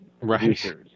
Right